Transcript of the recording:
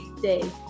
day